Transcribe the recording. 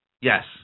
Yes